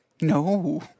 No